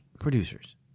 Producers